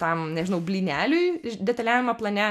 tam nežinau blyneliui iš detaliajame plane